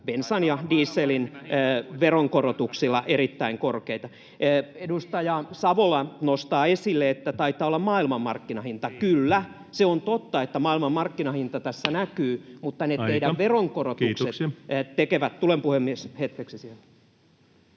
olla maailmanmarkkinahinta kuitenkin!] — Edustaja Savola nostaa esille, että taitaa olla maailmanmarkkinahinta. Kyllä, se on totta, että maailmanmarkkinahinta tässä näkyy, mutta ne teidän veronkorotukset tekevät... Tulen, puhemies, hetkeksi